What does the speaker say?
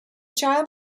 child